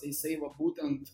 tai jisai va būtent